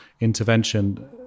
intervention